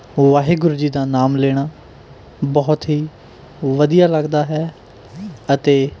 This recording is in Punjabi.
ਵਾਹਿਗੁਰੂ ਜੀ ਦਾ ਨਾਮ ਲੇਣਾ ਬਹੁਤ ਹੀ ਵਧੀਆ ਲੱਗਦਾ ਹੈ ਅਤੇ